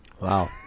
Wow